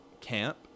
camp